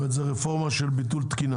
זאת אומרת זו רפורמה של ביטול תקינה?